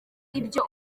ibyo